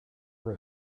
were